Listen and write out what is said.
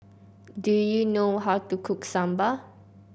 do you know how to cook Sambar